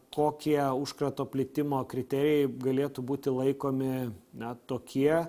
kokie užkrato plitimo kriterijai galėtų būti laikomi na tokie